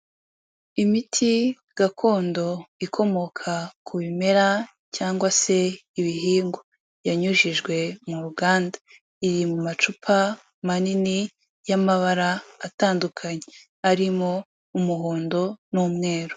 Imiti gakondo ikomoka ku bimera cyangwag se ibihingwa. Yanyujijwe mu ruganda. Iri mu macupa manini y'amabara atandukanye arimo umuhondo n'umweru.